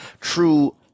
true